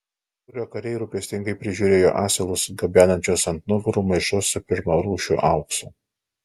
būrio kariai rūpestingai prižiūrėjo asilus gabenančius ant nugarų maišus su pirmarūšiu auksu